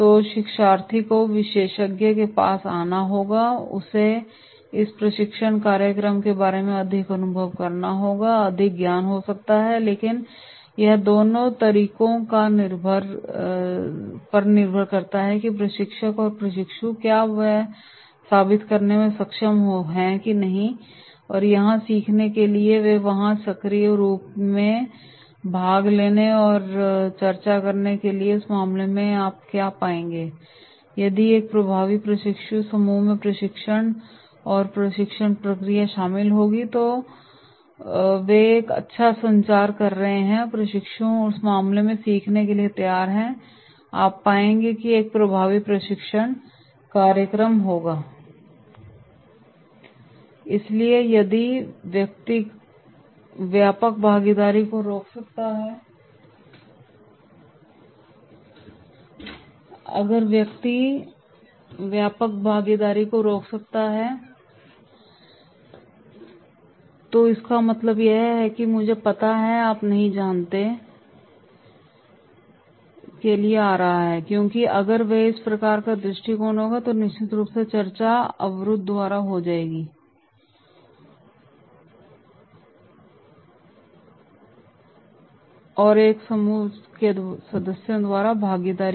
तो शिक्षार्थी को विशेषज्ञ के पास आना होगा उसे इस प्रशिक्षण कार्यक्रम के बारे में अधिक अनुभव अधिक ज्ञान हो सकता है लेकिन यह दोनों तरीकों पर निर्भर करता है कि प्रशिक्षक और प्रशिक्षु क्या वे यह साबित करने में सक्षम होना चाहिए कि वे यहां सीखने के लिए हैं और वे यहां हैं सक्रिय रूप से भाग लेने और चर्चा करने के लिए और इसलिए उस मामले में आप पाएंगे कि यदि एक प्रभावी प्रशिक्षण समूह में प्रशिक्षक प्रशिक्षण और प्रशिक्षण प्रक्रिया शामिल होगी जो कि वे एक अच्छा संचार कर रहे हैं और प्रशिक्षु उस मामले में सीखने के लिए तैयार हैं आप पाएंगे कि यह एक प्रभावी प्रशिक्षण कार्यक्रम होगा इसलिए यदि व्यक्ति व्यापक भागीदारी को रोक रहा है तो इसका मतलब यह है कि वह मुझे पता है आप नहीं जानते के लिए आ रहा है क्योंकि अगर इस प्रकार का दृष्टिकोण होगा तो निश्चित रूप से चर्चा में अवरुद्ध द्वारा हो जाएगा एक समूह के सदस्यों द्वारा भागीदारी